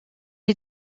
est